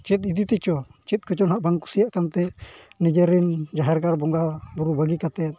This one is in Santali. ᱪᱮᱫ ᱤᱫᱤ ᱛᱮᱪᱚ ᱪᱮᱫ ᱠᱚᱪᱚᱝ ᱱᱟᱜ ᱵᱟᱝ ᱠᱩᱥᱤᱭᱟᱜ ᱠᱟᱱᱛᱮ ᱱᱤᱡᱮᱨᱮᱱ ᱡᱟᱦᱮᱨ ᱜᱟᱲ ᱵᱚᱸᱜᱟ ᱵᱩᱨᱩ ᱵᱟᱹᱜᱤ ᱠᱟᱛᱮᱫ